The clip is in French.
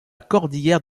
cordillère